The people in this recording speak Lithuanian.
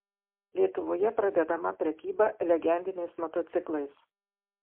lietuvoje pradedama prekyba legendiniais motociklais